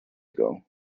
ago